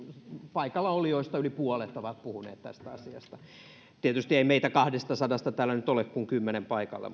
paikallaolijoista yli puolet ovat puhuneet tästä asiasta tietysti ei meistä kahdestasadasta täällä nyt ole kuin kymmenen paikalla